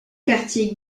quartier